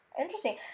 Interesting